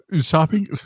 Shopping